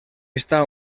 està